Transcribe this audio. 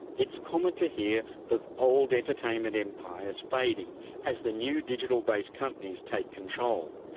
it's common to hear of old entertainment empires fading as the new digital based companies take control.